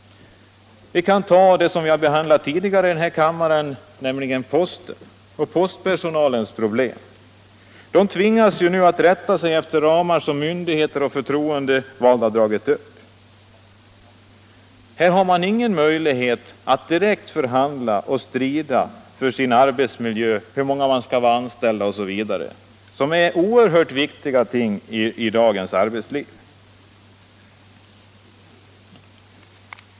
Eller låt oss ta postpersonalens problem. Det är ju en fråga som vi har behandlat tidigare här i kammaren. Där tvingas personalen rätta sig efter ramar som myndigheter och förtroendevalda har dragit upp. Där har man ingen möjlighet att direkt förhandla och strida för sin arbetsmiljö, hur många som skall vara anställda osv. Det är ju oerhört viktiga ting i dagens arbetsliv.